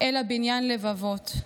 אלא בניין לבבות.